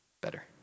better